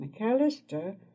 McAllister